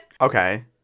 Okay